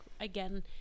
again